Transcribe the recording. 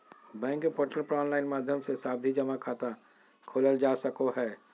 bank के portal पर online माध्यम से सावधि जमा खाता खोलल जा सको हय